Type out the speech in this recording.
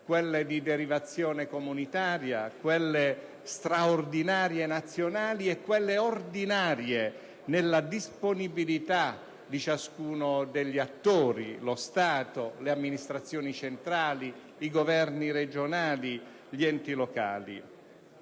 quelle di derivazione comunitaria, quelle straordinarie nazionali e quelle ordinarie nella disponibilità di ciascuno degli attori: lo Stato, le amministrazioni centrali, i governi regionali, gli enti locali.